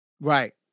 Right